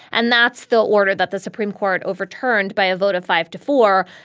and that's the order that the supreme court overturned by a vote of five to four.